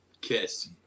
kiss